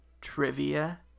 trivia